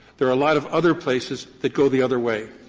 there are a lot of other places that go the other way.